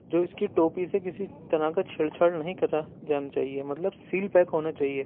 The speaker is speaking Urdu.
جو اِس کی ٹوپی سے کسی طرح کا چھیڑ چھاڑ نہیں کرا جانا چاہیے مطلب سیل پیک ہونا چاہیے